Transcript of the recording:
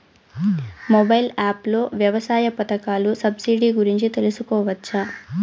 Mobile app లో వ్యవసాయ పథకాల సబ్సిడి గురించి తెలుసుకోవచ్చా?